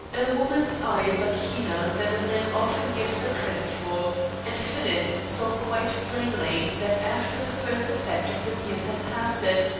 a woman's eyes are keener than a man often gives her credit for and phyllis saw quite plainly that after the first effect of the news had passed it,